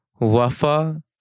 wafa